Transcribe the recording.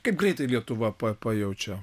kaip greitai lietuva pa pajaučia